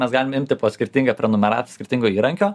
mes galime imti po skirtingą prenumeratą skirtingo įrankio